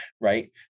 Right